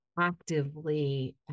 actively